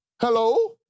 Hello